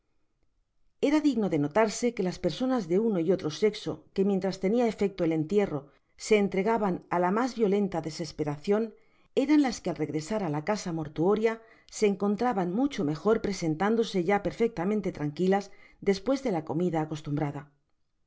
era digno de notarse que las personas de uno y otro sexo que mientras tenia efecto el entierro se entregaban á la mas violenta desesperacion eran las que al regresar á la casa mortuoria se encontraban mucho mejor presentándose ya perfectamente tranquilas despues de la comida acostumbrada